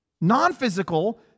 non-physical